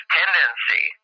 tendency